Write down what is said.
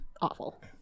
awful